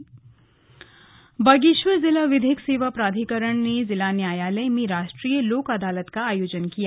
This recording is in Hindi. स्लग लोक अदालत बागेश्वर जिला विधिक सेवा प्राधिकरण ने जिला न्यायालय में राष्ट्रीय लोक अदालत का आयोजन किया गया